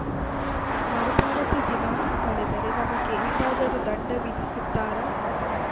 ಮರುಪಾವತಿ ದಿನಾಂಕ ಕಳೆದರೆ ನಮಗೆ ಎಂತಾದರು ದಂಡ ವಿಧಿಸುತ್ತಾರ?